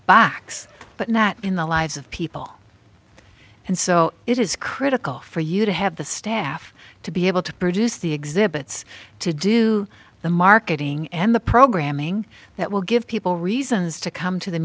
box but not in the lives of people and so it is critical for you to have the staff to be able to produce the exhibits to do the marketing and the programming that will give people reasons to come to the